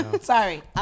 Sorry